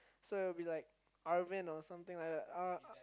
so it will be like Arvin or something like that uh